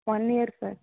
one year sir